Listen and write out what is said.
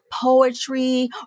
Poetry